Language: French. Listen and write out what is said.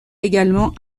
également